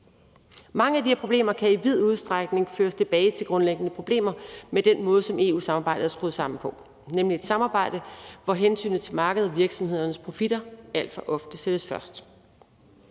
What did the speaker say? Mange af de her problemer kan i vid udstrækning føres tilbage til grundlæggende problemer med den måde, som EU-samarbejdet er skruet sammen på. Det er nemlig et samarbejde, hvor hensynet til markedet og virksomhedernes profitter alt for ofte sættes først.